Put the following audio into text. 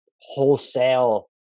wholesale